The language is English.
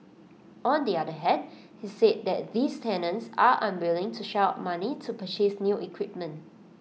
on the other hand he said that these tenants are unwilling to shell out money to purchase new equipment